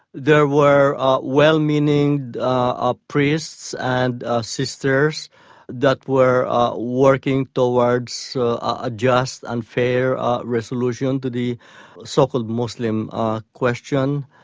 there were well-meaning ah priests and sisters that were working towards so a just and fair resolution to the so-called muslim question.